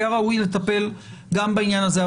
היה ראוי לטפל גם בעניין הזה.